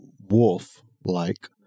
wolf-like